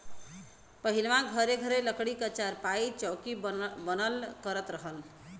पहिलवां घरे घरे लकड़ी क चारपाई, चौकी बनल करत रहल